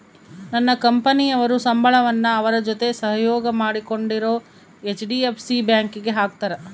ನನ್ನ ಕಂಪನಿಯವರು ಸಂಬಳವನ್ನ ಅವರ ಜೊತೆ ಸಹಯೋಗ ಮಾಡಿಕೊಂಡಿರೊ ಹೆಚ್.ಡಿ.ಎಫ್.ಸಿ ಬ್ಯಾಂಕಿಗೆ ಹಾಕ್ತಾರೆ